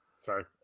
Sorry